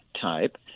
type